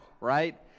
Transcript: right